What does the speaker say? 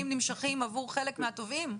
עדיין נמשכים עבור חלק מהתובעים.